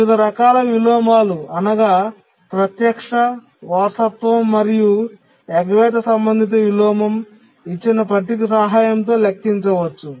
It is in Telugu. వివిధ రకాల విలోమాలు అనగా ప్రత్యక్ష వారసత్వం మరియు ఎగవేత సంబంధిత విలోమం ఇచ్చిన పట్టిక సహాయంతో లెక్కించవచ్చు